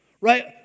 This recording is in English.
right